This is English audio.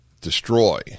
destroy